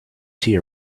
tea